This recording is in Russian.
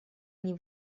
они